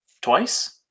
twice